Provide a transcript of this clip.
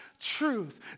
truth